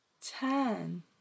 ten